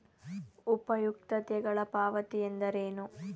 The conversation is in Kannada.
ಉಪಯುಕ್ತತೆಗಳ ಪಾವತಿ ಎಂದರೇನು?